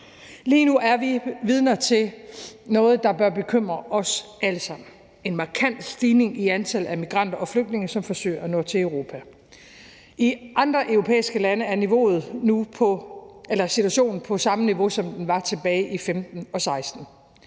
Lige nu er vi vidner til noget, der bør bekymre os alle sammen, nemlig en markant stigning i antallet af migranter og flygtninge, som forsøger at nå til Europa. I andre europæiske lande er situationen på samme niveau, som den var tilbage i 2015 og 2016.